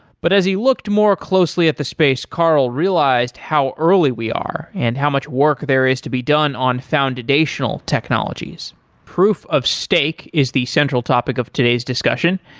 but as he looked more closely at the space, carl realized how early we are and how much work there is to be done on foundational technologies. proof of stake is the central topic of today's discussion.